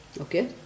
Okay